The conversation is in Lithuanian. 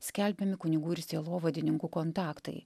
skelbiami kunigų ir sielovadininkų kontaktai